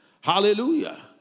Hallelujah